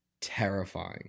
terrifying